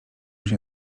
się